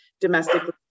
domestically